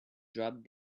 dropped